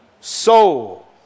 soul